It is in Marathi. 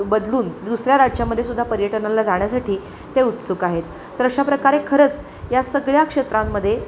बदलून दुसऱ्या राज्यामध्ये सुद्धा पर्यटनाला जाण्यासाठी ते उत्सुक आहेत तर अशा प्रकारे खरंच या सगळ्या क्षेत्रांमध्ये